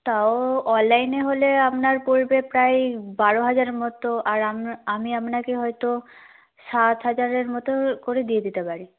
তাও অনলাইনে হলে আপনার পড়বে প্রায় বারো হাজারের মতো আর আমি আপনাকে হয়তো সাত হাজারের মতো করে দিয়ে দিতে পারি